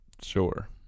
Sure